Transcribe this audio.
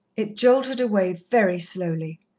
it jolted away very slowly.